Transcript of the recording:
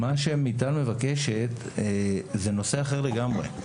מיטל מבקשת נושא אחר לגמרי,